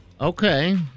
Okay